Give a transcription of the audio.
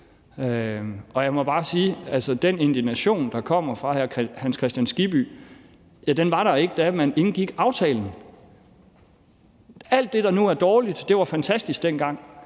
den indignation, der kommer fra hr. Hans Kristian Skibby, var der ikke, da man indgik aftalen. Alt det, der nu er dårligt, var fantastisk dengang,